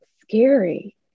Scary